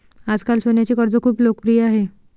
आजकाल सोन्याचे कर्ज खूप लोकप्रिय आहे